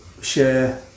share